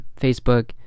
facebook